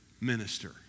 minister